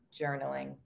journaling